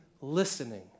listening